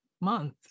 month